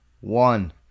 One